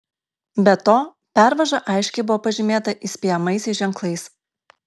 be to pervaža aiškiai buvo pažymėta įspėjamaisiais ženklais